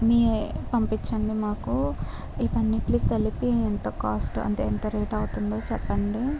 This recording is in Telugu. మీరు పంపించండి మాకు ఇవన్నీటికి కలిపి ఎంత కాస్ట్ అంటే ఎంత రేట్ అవుతుంది చెప్పండి